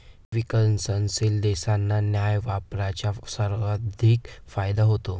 विकसनशील देशांना न्याय्य व्यापाराचा सर्वाधिक फायदा होतो